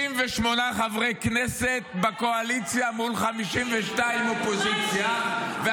68 חברי כנסת בקואליציה מול 52 אופוזיציה -- דוגמה אישית.